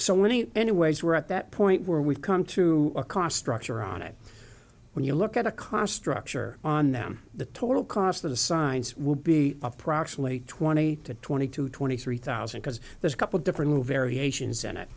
so many anyways we're at that point where we've come to a cost structure on it when you look at a cost structure on them the total cost of the science will be approximately twenty to twenty to twenty three thousand because there's a couple different variations in it